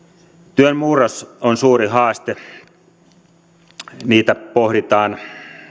työn murros on suuri haaste sitä pohditaan